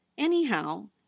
Anyhow